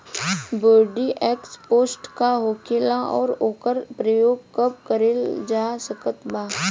Bordeaux paste का होखेला और ओकर प्रयोग कब करल जा सकत बा?